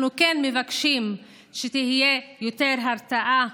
אנחנו כן מבקשים שתהיה יותר הרתעה,